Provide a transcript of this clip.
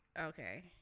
Okay